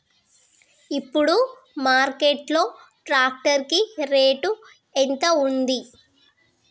ఇప్పుడు మార్కెట్ లో ట్రాక్టర్ కి రేటు ఎంత ఉంది?